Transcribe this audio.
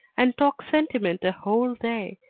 and talk sentiment a whole day,